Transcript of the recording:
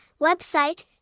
website